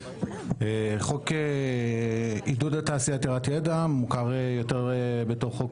חוק עידוד תעשייה עתירת ידע מוכר יותר בתור חוק